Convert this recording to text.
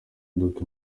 modoka